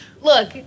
Look